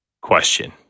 question